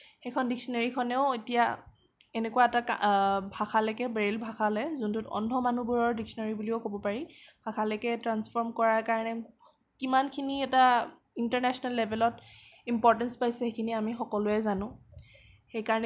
সেইখন ডিচনেৰিখনেও এতিয়া এনেকুৱা এটা ভাষালৈকে ব্ৰেইল ভাষালে যোনটোক অন্ধ মানুহবোৰৰ ডিচনেৰি বুলিও ক'ব পাৰি ভাষালৈকে ট্ৰাঞ্চফৰ্ম কৰাৰ কাৰণে কিমানখিনি এটা ইন্টাৰনেচনেল লেভেলত ইম্পৰ্টেঞ্চ পাইছে সেইখিনি আমি সকলোৱে জানো